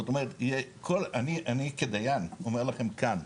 זאת אומרת, כל, אני כדיין אומר לכם כאן,